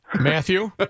Matthew